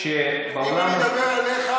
עליך לא דיברתי.